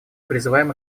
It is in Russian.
призываем